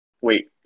Wait